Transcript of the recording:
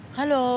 Hello